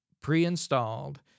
pre-installed